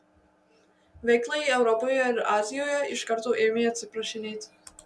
veiklai europoje ir azijoje iš karto ėmė atsiprašinėti